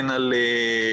הן על הוט,